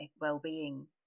wellbeing